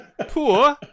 Poor